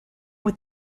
with